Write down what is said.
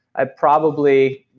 i probably,